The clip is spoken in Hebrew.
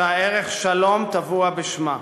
שהערך שלום טבוע בשמה.